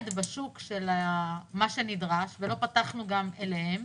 בשוק עם מה שנדרש ולא פתחנו גם אליה.